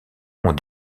ont